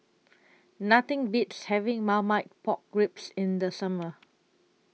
Nothing Beats having Marmite Pork Ribs in The Summer